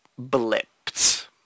blipped